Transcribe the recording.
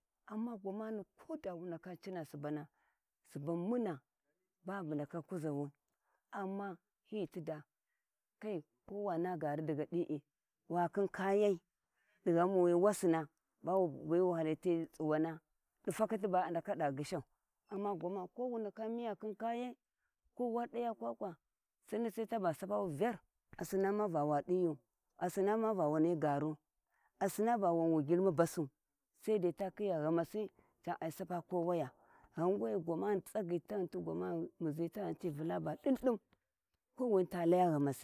Amma gwani koda wu ndaka cina subana muna babu ndaka kuzawi amma gwana na`a amma kai ni ti da wakhi kayai di ghauwi wasina ba wu biwi wu hali ti tsuwana di takati ba adaka da gyishau ammana gwamana ko wu ndaka muya khin kayai ko wa daya kwakwa sinni sai taba sapawu vgar a sinna ma va wa diyi asinama va wani garu a sinna ma vawu wanwa girmu basiu saidai ta khiya ghamasi can ai sapa ko waya ghau wee ghan we tsagyi taghun tu gwamawau muzi taghunci vula ba dindin kowini ta laya ghamasi.